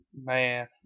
Man